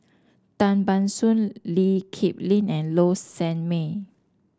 Tan Ban Soon Lee Kip Lin and Low Sanmay